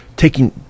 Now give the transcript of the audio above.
Taking